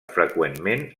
freqüentment